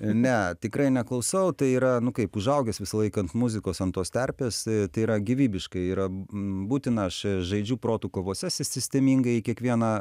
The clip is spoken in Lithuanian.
ne tikrai neklausau tai yra nu kaip užaugęs visą laiką ant muzikos ant tos terpės tai yra gyvybiškai yra būtina aš žaidžiu protų kovose sis sistemingai kiekvieną